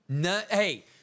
Hey